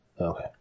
Okay